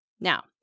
Now